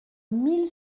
mille